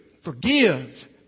Forgive